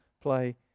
play